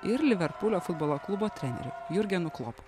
ir liverpulio futbolo klubo treneriu jurgiu nuklo